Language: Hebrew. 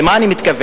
למה אני מתכוון?